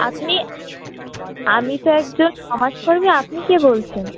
আপনি আমি তো একজন সমাজকর্মী আপনি কে বলছেন